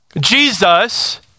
Jesus